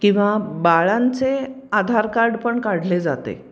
किंवा बाळांचे आधार कार्ड पण काढले जाते